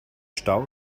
stau